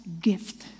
gift